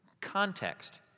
Context